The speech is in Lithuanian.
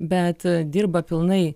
bet dirba pilnai